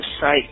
sight